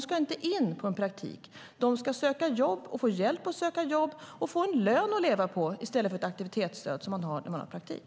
De ska inte in på en praktik. De ska söka jobb, få hjälp att söka jobb och få en lön att leva på i stället för ett aktivitetsstöd som de har när de har praktik.